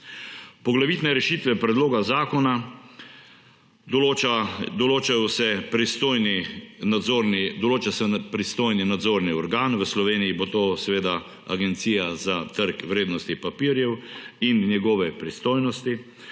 Poglavitne rešitve predloga zakona: določa se pristojni nadzorni organ – v Sloveniji bo to seveda Agencija za trg vrednostnih papirjev in njegove pristojnosti